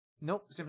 Nope